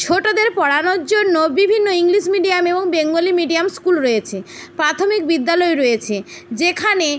ছোটোদের পড়ানোর জন্য বিভিন্ন ইংলিশ মিডিয়াম এবং বেঙ্গলি মিডিয়াম স্কুল রয়েছে প্রাথমিক বিদ্যালয় রয়েছে যেখানে